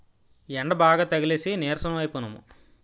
యెండబాగా తగిలేసి నీరసం అయిపోనము